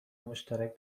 مشترک